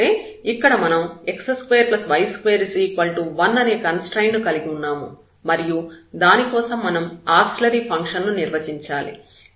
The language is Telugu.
ఎందుకంటే ఇక్కడ మనం x2y21 అనే కన్స్ట్రయిన్ట్ ను కలిగి ఉన్నాము మరియు దానికోసం మనం ఆక్సిలియరీ ఫంక్షన్ ను నిర్వచించాలి